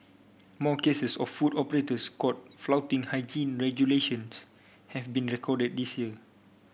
more cases of food operators caught flouting hygiene regulations have been recorded this year